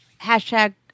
hashtag